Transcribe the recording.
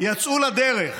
יצאו לדרך.